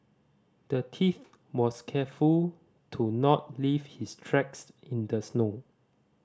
the thief was careful to not leave his tracks in the snow